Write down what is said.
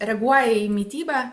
reaguoja į mitybą